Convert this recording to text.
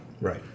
right